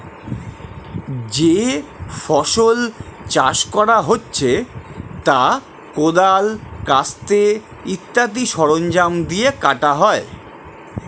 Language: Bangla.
যে ফসল চাষ করা হচ্ছে তা কোদাল, কাস্তে ইত্যাদি সরঞ্জাম দিয়ে কাটা হয়